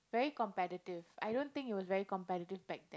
very competitive I don't think it was very competitive back then